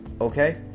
Okay